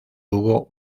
hubo